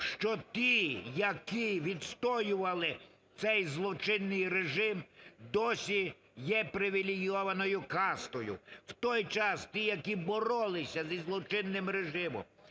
що ті, які відстоювали цей злочинний режим, досі є привілейованою кастою. В той час ті, які боролися зі злочинним режимом,